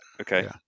Okay